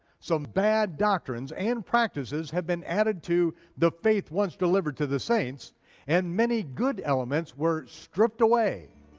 some bad doctrines and practices have been added to the faith once delivered to the saints and many good elements were stripped away.